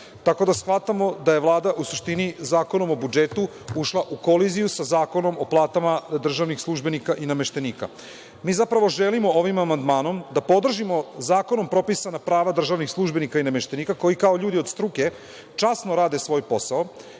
Tako da shvatamo da je Vlada, u suštini, Zakonom o budžetu, ušla u koliziju sa Zakonom o platama državnih službenika i nameštenika. Mi zapravo želimo ovim amandmanom da podržimo zakonom propisana prava državnih službenika i nameštenika, koji kao ljudi od struke, časno rade svoj posao